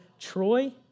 Troy